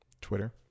Twitter